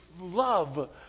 love